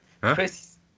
Chris